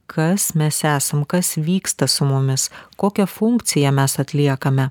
kas mes esam kas vyksta su mumis kokią funkciją mes atliekame